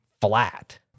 flat